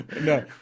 No